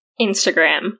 Instagram